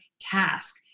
task